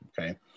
okay